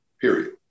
period